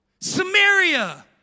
Samaria